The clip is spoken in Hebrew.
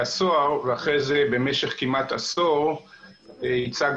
הסוהר ואחרי זה במשך כמעט עשור ייצגתי,